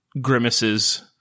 grimaces